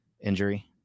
injury